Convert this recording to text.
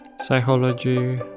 psychology